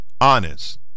honest